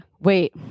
wait